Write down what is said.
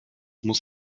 muss